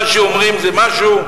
מה שאומרים זה משהו,